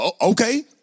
Okay